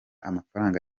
amafaranga